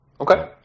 Okay